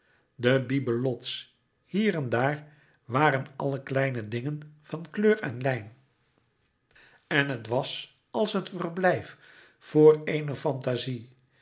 de bibelots hier en daar waren allen kleine dingen van kleur en lijn en het was als een verblijf voor eene fantazie